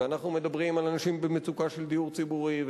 אנחנו מדברים על אנשים במצוקה של דיור ציבורי.